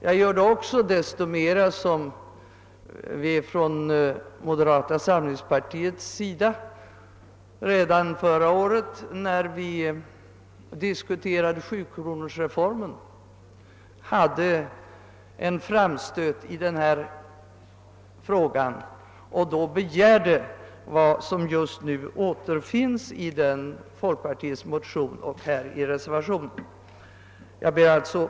Jag kan också göra det därför att vi från moderata samlingspartiet redan förra året, när det gällde 7-kronorsreformen, gjorde en framstöt och begärde detsamma som nu återfinns i folkpartimotionen och i reservationen.